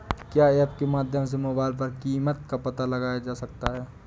क्या ऐप के माध्यम से मोबाइल पर कीमत का पता लगाया जा सकता है?